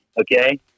Okay